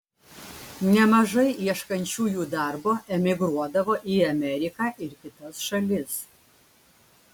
nemažai ieškančiųjų darbo emigruodavo į ameriką ir kitas šalis